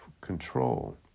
control